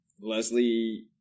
Leslie